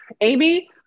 Amy